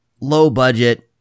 low-budget